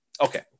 Okay